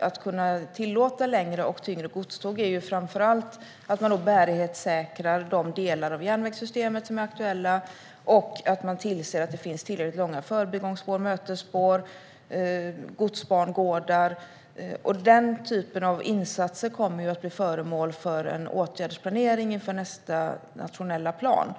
att kunna tillåta längre och tyngre godståg är framför allt att man bärighetssäkrar de delar av järnvägssystemet som är aktuella och att man tillser att det finns tillräckligt långa förbigångsspår, mötesspår och godsbangårdar. Den typen av insatser kommer att bli föremål för en åtgärdsplanering inför nästa nationella plan.